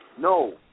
no